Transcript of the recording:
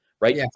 Right